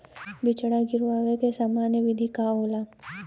बिचड़ा गिरावे के सामान्य विधि का होला?